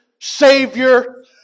Savior